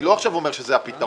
אני לא אומר עכשיו שזה הפתרון.